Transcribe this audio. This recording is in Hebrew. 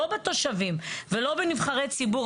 לא בתושבים ולא בנבחרי ציבור,